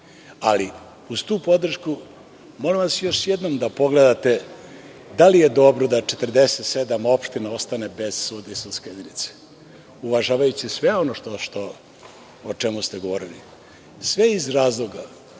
Ali, uz tu podršku, molim vas još jednom da pogledate da li je dobro da 47 opština ostane bez sudije i sudske jedinice. Uvažavajući sve ono o čemu ste govorili, sve iz razloga